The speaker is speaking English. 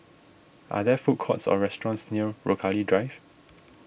are there food courts or restaurants near Rochalie Drive